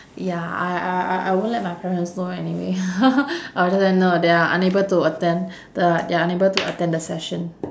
ya I I I I won't let my parents know anyway I will just write no they are unable to attend the~ they're unable to attend the session